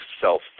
self